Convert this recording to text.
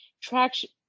traction